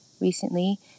Recently